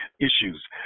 issues